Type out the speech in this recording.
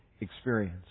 experience